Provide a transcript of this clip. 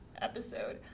episode